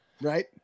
right